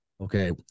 Okay